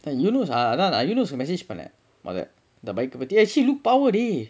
eunos அதா:athaa eunos கு:ku message பண்ண மொத இந்த:panna motha intha bike க பத்தி:ka pathi it actually look power dey